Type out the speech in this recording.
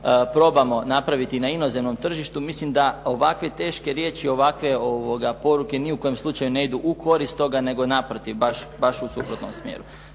probamo napraviti na inozemnom tržištu. Mislim da ovakve teške riječi, ovakve poruke ni u kom slučaju ne idu u korist toga, nego naprotiv, baš u suprotnom smjeru.